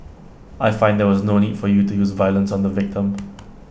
I find there was no need for you to use violence on the victim